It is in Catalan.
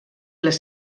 les